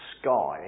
sky